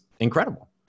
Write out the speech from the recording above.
incredible